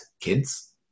kids